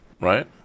right